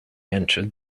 entered